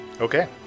Okay